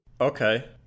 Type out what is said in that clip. Okay